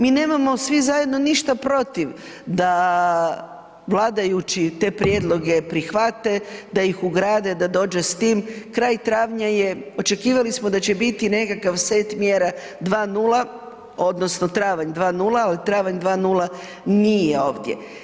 Mi nemamo svi zajedno ništa protiv da vladajući te prijedloge prihvate, da ih ugrade, da dođe s tim, kraj travnja je, očekivali smo da će biti nekakav set mjera 2.0, odnosno travanj 2.0, ali travanj 2.0 nije ovdje.